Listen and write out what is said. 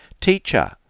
Teacher